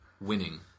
winning